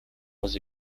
was